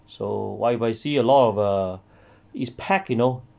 so !wah! but I see a lot of err it's packed you know